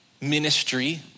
ministry